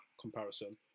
comparison